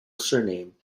surname